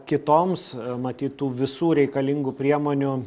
kitoms matyt tų visų reikalingų priemonių